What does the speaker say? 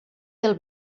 del